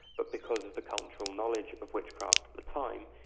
but because of the cultural knowledge of witchcraft at the time,